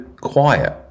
quiet